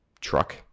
truck